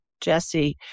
Jesse